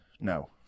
No